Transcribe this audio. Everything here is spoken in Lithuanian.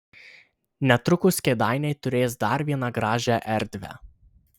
netrukus kėdainiai turės dar vieną gražią erdvę